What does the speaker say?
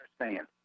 understand